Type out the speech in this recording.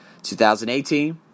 2018